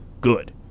good